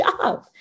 job